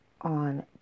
on